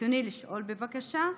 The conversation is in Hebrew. רצוני לשאול, בבקשה: